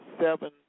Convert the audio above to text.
seven